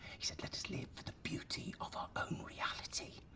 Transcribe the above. he said, let us live the beauty of our own reality.